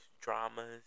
dramas